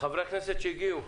חברי הכנסת שהגיעו,